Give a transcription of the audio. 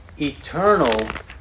eternal